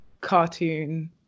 cartoon